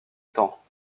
tant